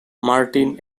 martin